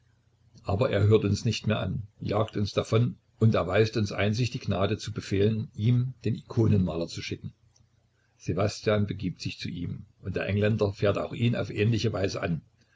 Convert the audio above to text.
aber er hört uns nicht mehr an jagt uns davon und erweist uns einzig die gnade zu befehlen ihm den ikonenmaler zu schicken ssewastjan begibt sich zu ihm und der engländer fährt auf ähnliche weise auch ihn an